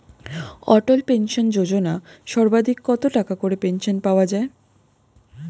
অটল pension Yojana সর্বাধিক কত টাকা করে পেনশন পাওয়া যায়?